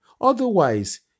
Otherwise